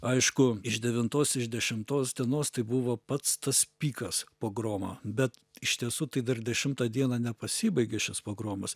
aišku iš devintos iš dešimtos dienos tai buvo pats tas pikas pogromo bet iš tiesų tai dar dešimtą dieną nepasibaigė šis pogromas